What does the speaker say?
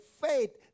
faith